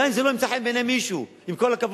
גם אם זה לא ימצא חן בעיני מישהו, עם כל הכבוד.